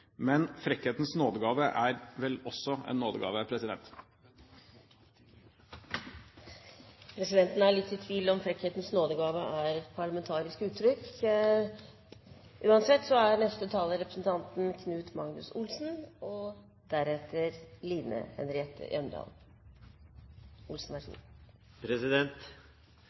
Men frekkhetens nådegave er vel også en nådegave! Presidenten er litt i tvil om «frekkhetens nådegave» er et parlamentarisk uttrykk. Regjeringen er svært opptatt av å sikre forsyningssikkerheten for strøm og